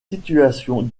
situation